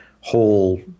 whole